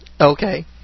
Okay